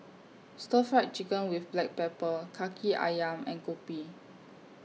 Stir Fried Chicken with Black Pepper Kaki Ayam and Kopi